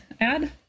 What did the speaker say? add